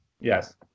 Yes